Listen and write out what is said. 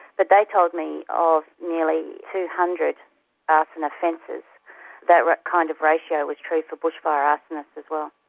but they told me of nearly two hundred arson offences that kind of ratio was true for bushfire arsonists as well.